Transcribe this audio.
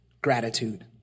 gratitude